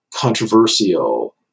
controversial